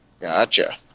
Gotcha